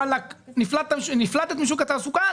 ואללה נפלטת משוק התעסוקה,